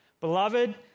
Beloved